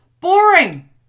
boring